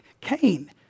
Cain